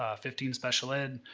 ah fifteen special ed,